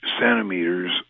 centimeters